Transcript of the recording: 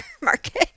market